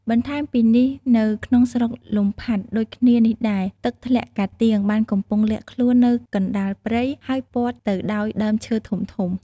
បន្ថែមពីនេះនៅក្នុងស្រុកលំផាត់ដូចគ្នានេះដែរ ទឹកធ្លាក់ការទៀងបានកំពុងលាក់ខ្លួននៅកណ្ដាលព្រៃ ហើយព័ទ្ធទៅដោយដើមឈើធំៗ។